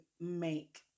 make